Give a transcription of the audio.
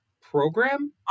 program